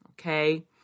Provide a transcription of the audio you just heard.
okay